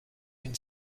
can